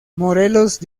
morelos